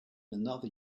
another